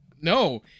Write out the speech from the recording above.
no